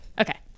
Okay